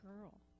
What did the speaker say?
girl